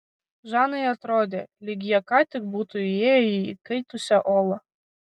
žanai atrodė lyg jie ką tik būtų įėję į įkaitusią olą